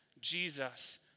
Jesus